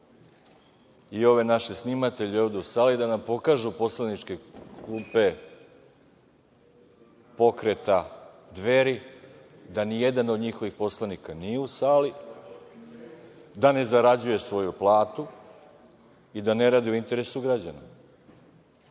pozvao naše snimatelje u sali da nam pokažu poslaničke klupe Pokreta Dveri, da nijedan od njihovih poslanika nije u sali, da ne zarađuje svoju platu i da ne radi u interesu građana.